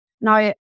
now